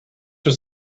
was